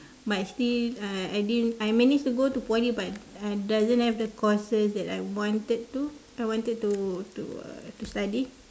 but still uh I didn't I managed to go to poly but uh doesn't have the courses that I wanted to I wanted to to uh to study